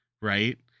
right